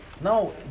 No